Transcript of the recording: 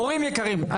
הורים יקרים,